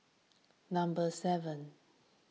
number seven